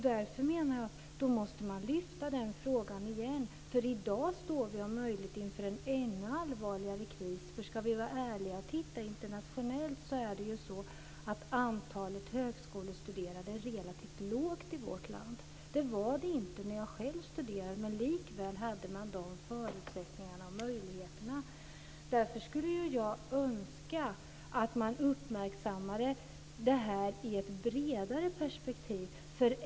Därför menar jag att man måste lyfta fram den frågan igen. I dag står vi om möjligt inför en ännu allvarligare kris. Ska vi vara ärliga och titta internationellt är antalet högskolestuderande relativt lågt i vårt land. Det var det inte när jag själv studerade. Men likväl hade man de förutsättningarna och möjligheterna. Jag skulle därför önska att man uppmärksammade detta i ett bredare perspektiv.